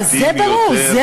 זה ברור,